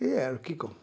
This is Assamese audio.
এই আৰু কি ক'ম